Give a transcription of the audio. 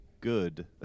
good